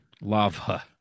lava